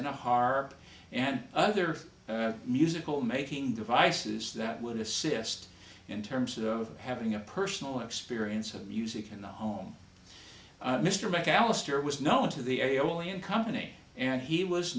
harp and other musical making devices that would assist in terms of having a personal experience of music in the home mr mcallister was known to the aeolian company and he was